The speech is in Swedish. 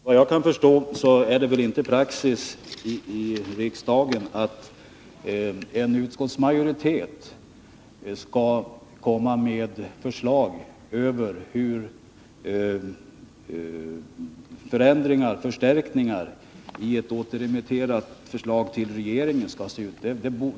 Herr talman! Efter vad jag kan förstå är det inte praxis i riksdagen att en utskottsmajoritet, när ett förslag återremitteras till regeringen, föreslår hur det nya förslaget skall se ut.